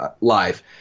live